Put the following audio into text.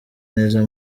neza